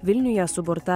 vilniuje suburta